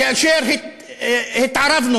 כאשר התערבנו,